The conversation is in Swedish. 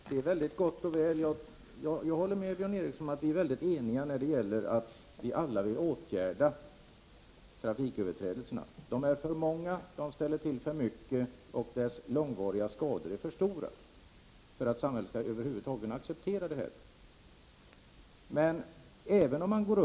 Herr talman! Det är gott och väl att vi är eniga — jag håller med Björn Ericson om att vi alla vill åtgärda hastighetsöverträdelserna i trafiken. De är för många, de ställer till för mycket, och de skador de förorsakar är för stora för att samhället skall acceptera vad som sker.